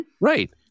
Right